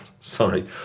Sorry